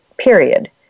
period